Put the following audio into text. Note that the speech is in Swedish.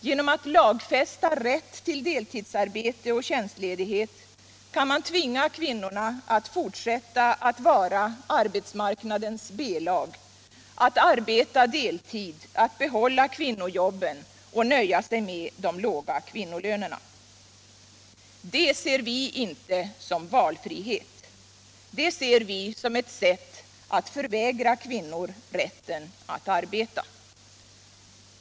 Genom att lagfästa 103 ”rätt” till deltidsarbete och tjänstledighet kan man tvinga kvinnorna att fortsätta att vara arbetsmarknadens B-lag, att arbeta deltid, att behålla kvinnojobben och nöja sig med de låga kvinnolönerna. Men det ser vi inte som valfrihet. Det är ett sätt att förvägra kvinnorna rätten att arbeta.